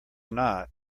not